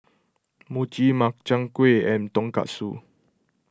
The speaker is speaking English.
Mochi Makchang Gui and Tonkatsu